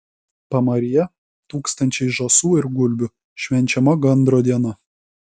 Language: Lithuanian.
pamaryje tūkstančiai žąsų ir gulbių švenčiama gandro diena